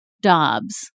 Dobbs